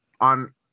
on